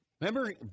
Remember